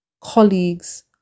colleagues